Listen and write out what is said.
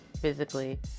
physically